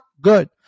good